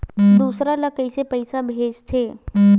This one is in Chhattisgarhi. दूसरा ला कइसे पईसा भेजथे?